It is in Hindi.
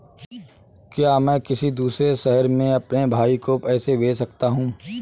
क्या मैं किसी दूसरे शहर में अपने भाई को पैसे भेज सकता हूँ?